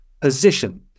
position